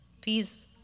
Peace